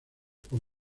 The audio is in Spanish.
por